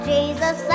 Jesus